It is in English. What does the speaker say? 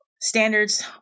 standards